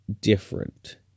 different